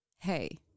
hey